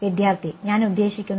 വിദ്യാർത്ഥി ഞാൻ ഉദ്ദേശിക്കുന്നത്